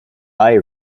eye